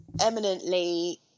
eminently